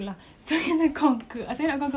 saya really I'm really scared of heights